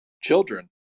children